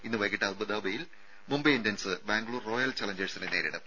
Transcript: ഇന്ന് വൈകിട്ട് അബുദാബിയിൽ മുംബൈ ഇന്ത്യൻസ് ബാംഗ്ലൂർ റോയൽ ചലഞ്ചേഴ്സിനെ നേരിടും